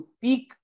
peak